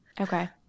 Okay